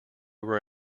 were